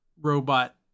robot